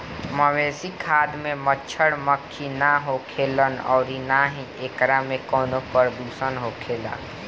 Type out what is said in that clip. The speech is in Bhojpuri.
मवेशी खाद में मच्छड़, मक्खी ना होखेलन अउरी ना ही एकरा में कवनो प्रदुषण होखेला